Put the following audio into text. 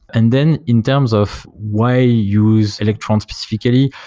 and then in terms of why use electrons specifically,